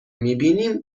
میبینیم